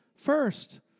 first